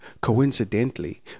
Coincidentally